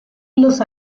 los